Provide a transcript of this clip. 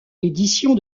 l’édition